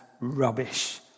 rubbish